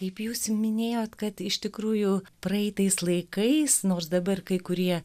kaip jūs minėjot kad iš tikrųjų praeitais laikais nors dabar kai kurie